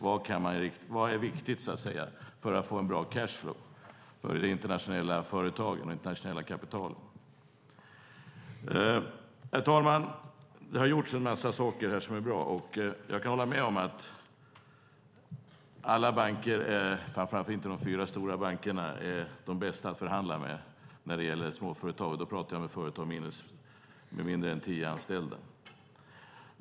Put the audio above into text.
Vad är viktigt för att få bra cash flow när det gäller internationella företag och det internationella kapitalet? Fru talman! Många bra saker har gjorts. Jag kan hålla med om att det inte är alla banker, framför allt inte de fyra storbankerna, som är de bästa att förhandla med när det gäller småföretag, och då menar jag företag med färre än tio anställda.